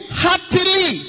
heartily